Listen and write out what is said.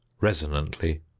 resonantly